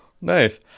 Nice